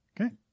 Okay